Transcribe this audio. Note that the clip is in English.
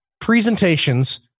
presentations